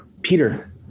Peter